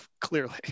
clearly